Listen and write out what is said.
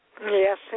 Yes